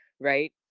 right